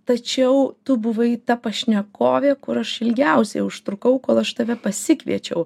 tačiau tu buvai ta pašnekovė kur aš ilgiausiai užtrukau kol aš tave pasikviečiau